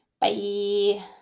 Bye